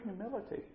humility